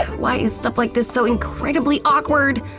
why is stuff like this so incredibly awkward!